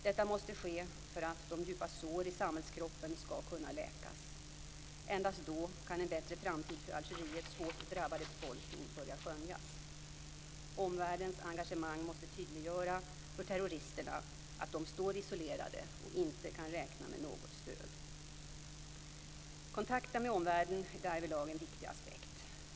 Detta måste ske för att de djupa såren i samhällskroppen skall kunna läkas. Endast då kan en bättre framtid för Algeriets hårt drabbade befolkning börja skönjas. Omvärldens engagemang måste tydliggöra för terroristerna att de står isolerade och inte kan räkna med något stöd. Kontakterna med omvärlden är därvidlag en viktig aspekt.